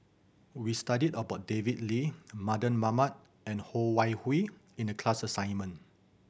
we studied about David Lee Mardan Mamat and Ho Wan Hui in the class assignment